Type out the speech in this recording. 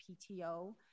pto